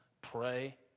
pray